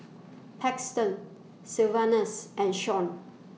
Paxton Sylvanus and Shaun